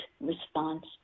response